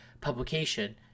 publication